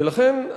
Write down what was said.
ולכן,